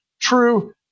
true